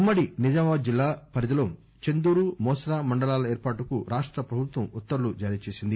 ఉమ్మడి నిజామాబాద్ జిల్లా పరిధిలో చందూరు మోస్రా మండలాల ఏర్పాటుకు రాష్ట ప్రభుత్వం ఉత్తర్వులు జారీ చేసింది